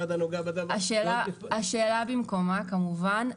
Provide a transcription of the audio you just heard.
השאלה במקומה כמובן.